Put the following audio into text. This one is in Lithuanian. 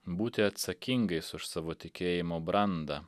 būti atsakingais už savo tikėjimo brandą